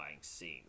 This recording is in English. scene